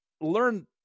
learn